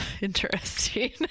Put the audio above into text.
interesting